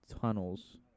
tunnels